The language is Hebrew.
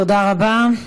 תודה רבה.